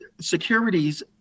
securities